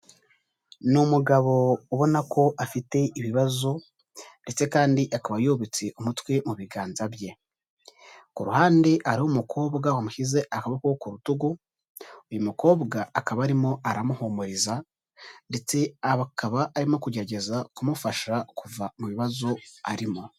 Ni umugabo ubona ko afite ibibazo ndetse kandi akaba yubitse umutwe mu biganza bye, ku ruhande hari umukobwa wamushyize akaboko ku rutugu, uyu mukobwa akaba arimo aramuhumuriza ndetse akaba arimo kugerageza kumufasha kuva mu bibazo arimo.